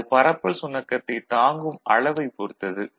அது பரப்பல் சுணக்கத்தை தாங்கும் அளவைப் பொறுத்தது